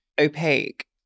opaque